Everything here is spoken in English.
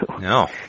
No